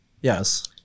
yes